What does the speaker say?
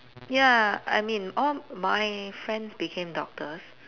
ya I mean all my friends became doctors